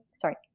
sorry